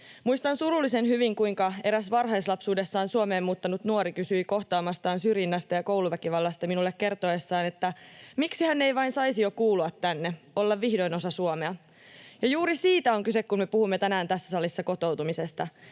Muistan surullisen hyvin, kuinka eräs varhaislapsuudessaan Suomeen muuttanut nuori kysyi kohtaamastaan syrjinnästä ja kouluväkivallasta minulle kertoessaan, että miksi hän ei vain saisi jo kuulua tänne, olla vihdoin osa Suomea. Juuri siitä on kyse, kun me puhumme tänään tässä salissa kotoutumisesta.